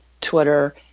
twitter